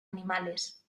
animales